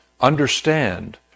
understand